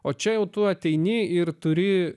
o čia jau tu ateini ir turi